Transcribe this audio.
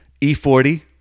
E40